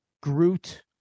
Groot